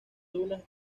dunas